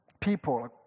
people